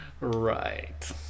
Right